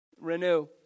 Renew